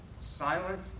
silent